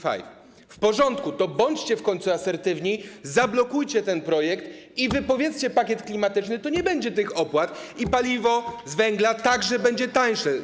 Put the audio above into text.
W porządku, to bądźcie w końcu asertywni, zablokujcie ten projekt i wypowiedzcie pakiet klimatyczny, to nie będzie tych opłat i paliwo z węgla także będzie tańsze.